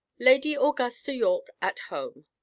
lady augusta yorke at home.